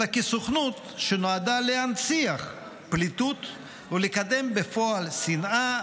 אלא כסוכנות שנועדה להנציח פליטות ולקדם בפועל שנאה,